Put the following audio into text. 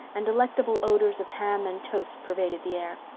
and delectable odors of ham and toast pervaded the air.